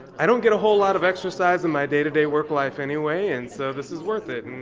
i don't get a whole lot of exercise in my day-to-day work life anyway. and so this is worth it. and